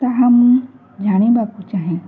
ତାହା ମୁଁ ଜାଣିବାକୁ ଚାହେଁ